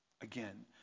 Again